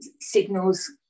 signals